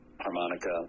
Harmonica